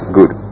Good